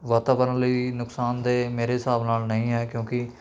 ਵਾਤਾਵਰਨ ਲਈ ਨੁਕਸਾਨਦੇਹ ਮੇਰੇ ਹਿਸਾਬ ਨਾਲ ਨਹੀਂ ਹੈ ਕਿਉਂਕਿ